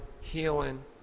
healing